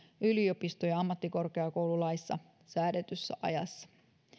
yliopisto ja ammattikorkeakoululaissa säädetyssä ajassa